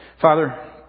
Father